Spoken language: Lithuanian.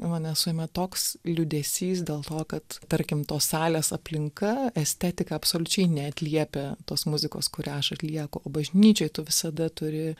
mane suima toks liūdesys dėl to kad tarkim tos salės aplinka estetika absoliučiai neatliepia tos muzikos kurią aš atlieku o bažnyčioj tu visada turi